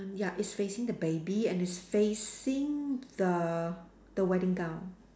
ya it's facing the baby and it's facing the the wedding gown